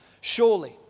Surely